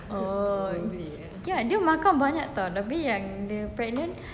oh ya dia makan banyak [tau] tapi yang the pregnant